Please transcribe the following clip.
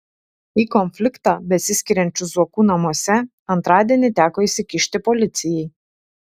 į konfliktą besiskiriančių zuokų namuose antradienį teko įsikišti policijai